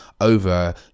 over